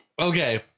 Okay